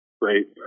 Great